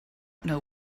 know